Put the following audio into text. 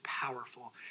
powerful